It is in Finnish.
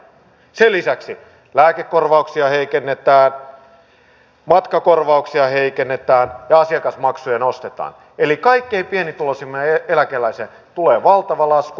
sen lisäksi lääkekorvauksia heikennetään matkakorvauksia heikennetään ja asiakasmaksuja nostetaan eli kaikkein pienituloisimman eläkeläisen tuen valtava lasku